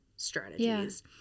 strategies